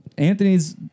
Anthony's